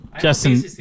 Justin